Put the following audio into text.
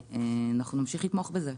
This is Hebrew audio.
ואנחנו נמשיך לתמוך בזה.